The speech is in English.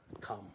come